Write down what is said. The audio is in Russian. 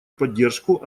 поддержку